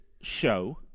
show